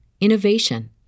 innovation